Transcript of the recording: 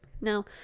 Now